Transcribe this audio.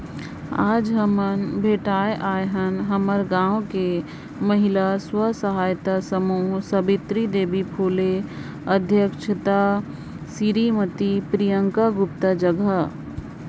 आयज हमन भेटाय आय हन हमर गांव के महिला स्व सहायता समूह सवित्री देवी फूले अध्यक्छता सिरीमती प्रियंका गुप्ता जघा